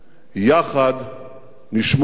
יחד נשמור עליה.